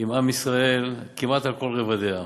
עם עַם ישראל כמעט בכל הרבדים.